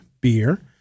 beer